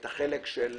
את החלק של